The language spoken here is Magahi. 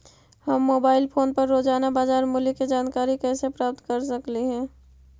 हम मोबाईल फोन पर रोजाना बाजार मूल्य के जानकारी कैसे प्राप्त कर सकली हे?